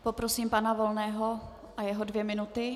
Poprosím pana Volného o jeho dvě minuty.